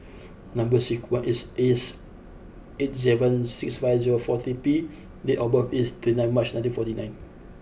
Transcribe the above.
number sequence is S eight seven six five zero four three P date of birth is twenty ninth March nineteen forty nine